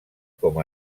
com